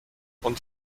und